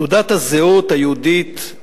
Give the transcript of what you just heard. תעודת הזהות היהודית,